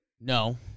No